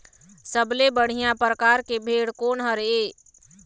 सबले बढ़िया परकार के भेड़ कोन हर ये?